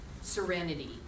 serenity